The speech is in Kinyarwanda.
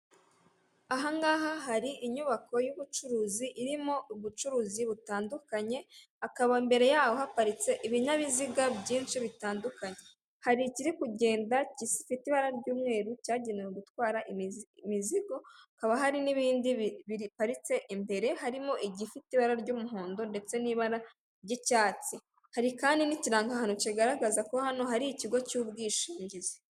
Ahangaha hari inyubako y'ubucuruzi irimo ubucuruzi butandukanye hakaba imbere yaho haparitse ibinyabiziga byinshi bitandukanye, hari ikiri kugenda gifite ibara ry'umweru cyagenewe gutwara imizigo hakaba hari n'ibindi biriparitse imbere harimo igifite ibara ry'umuhondo ndetse n'ibara ry'icyatsi hari kandi n'ikirango kigaragaza ko hano hari ikigo cy'ubwishingizi .